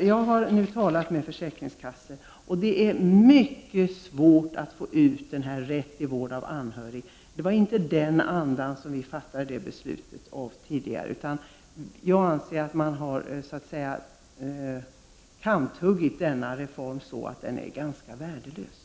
Jag har talat med försäkringskassan. Det är mycket svårt att få denna rätt. Men det var inte i den andan som riksdagen fattade sitt beslut. Man har kanthuggit denna reform så att den är ganska värdelös.